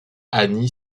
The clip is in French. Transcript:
annie